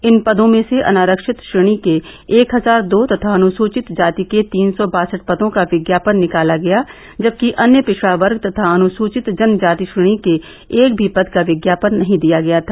इन पदो में से अनारक्षित श्रेणी के एक हजार दो तथा अनुसूचित जाति के तीन सौ बासठ पदो का विज्ञापन निकाला गया जबकि अन्य पिछड़ा वर्ग तथा अनुसूचित जन जाति श्रेणी के एक भी पद का विज्ञापन नहीं दिया गया था